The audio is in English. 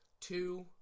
two